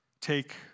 take